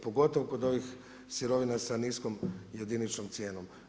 Pogotovo kod ovih sirovina sa niskom jediničnom cijenom.